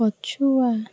ପଛୁଆ